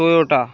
Toyota